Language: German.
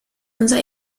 unser